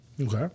Okay